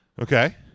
Okay